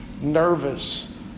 nervous